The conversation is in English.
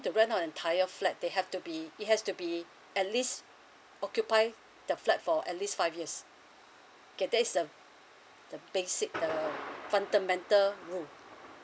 to rent out entire flat they have to be it has to be at least occupy the flat for at least five yes okay that's uh the basic the fundamental rules